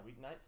weeknights